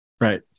Right